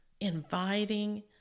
inviting